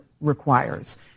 requires